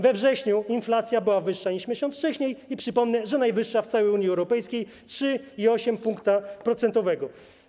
We wrześniu inflacja była wyższa niż miesiąc wcześniej i, przypomnę, najwyższa w całej Unii Europejskiej - 3,8 pkt proc.